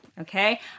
Okay